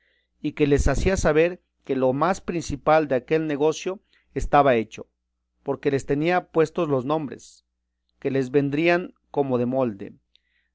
y que les hacía saber que lo más principal de aquel negocio estaba hecho porque les tenía puestos los nombres que les vendrían como de molde